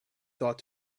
thought